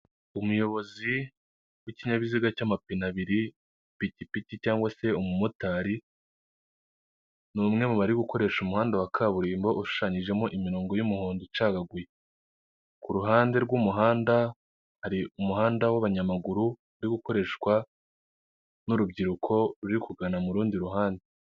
Umuyobozi w'ikinyabiziga cy'amapine abiri ipikipiki cyangwa se umumotari, ni umwe mu bari gukoresha umuhanda wa kaburimbo ushushanyijemo imirongo y'umuhondo icagaguye, ku ruhande rw'umuhanda hari umuhanda w'abanyamaguru uri gukoreshwa n'urubyiruko ruri kugana mu rundi ruhande.